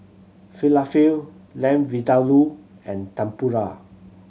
Falafel Lamb Vindaloo and Tempura